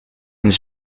een